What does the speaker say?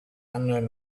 unknown